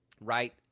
right